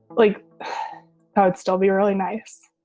like i'd still be early nights